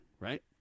Right